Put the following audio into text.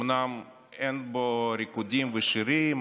אומנם אין בו ריקודים ושירים